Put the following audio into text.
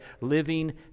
living